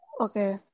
Okay